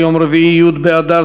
יום רביעי,